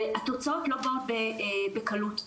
והתוצאות לא באות בקלות.